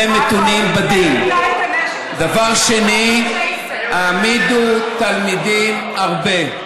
מתונים בדין"; דבר שני: "העמידו תלמידים הרבה"